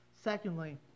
Secondly